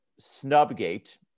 snubgate